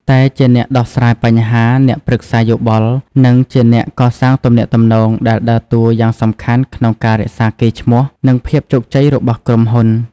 តែជាអ្នកដោះស្រាយបញ្ហា អ្នកប្រឹក្សាយោបល់ និងជាអ្នកកសាងទំនាក់ទំនង ដែលដើរតួយ៉ាងសំខាន់ក្នុងការរក្សាកេរ្តិ៍ឈ្មោះ និងភាពជោគជ័យរបស់ក្រុមហ៊ុន។